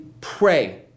pray